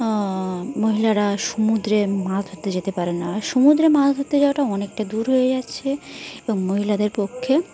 মহিলারা সমুদ্রে মাছ ধরতে যেতে পারে না সমুদ্রে মাছ ধরতে যাওয়াটা অনেকটা দূর হয়ে যাচ্ছে এবং মহিলাদের পক্ষে